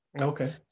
okay